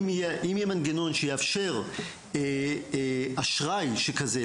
אם יהיה מנגנון שיאפשר אשראי שכזה,